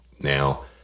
Now